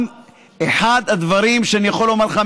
אחד הדברים שאני יכול לומר לך,